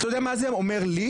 אתה יודע מה זה אומר לי?